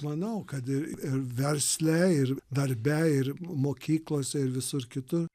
manau kad ir ir versle ir darbe ir mokyklose ir visur kitur